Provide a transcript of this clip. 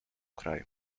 kraju